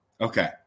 Okay